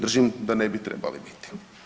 Držim da ne bi trebali biti.